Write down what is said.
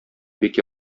бик